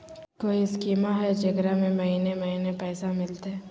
कोइ स्कीमा हय, जेकरा में महीने महीने पैसा मिलते?